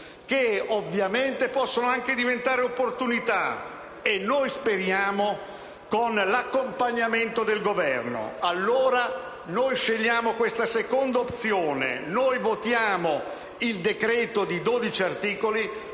che ovviamente possono anche diventare opportunità (noi speriamo con l'accompagnamento del Governo). Noi scegliamo allora questa seconda opzione. Votiamo il decreto di 12 articoli;